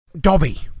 Dobby